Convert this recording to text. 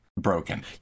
broken